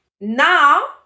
Now